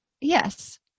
Yes